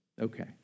Okay